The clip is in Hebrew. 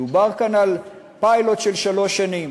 דובר כאן על פיילוט של שלוש שנים.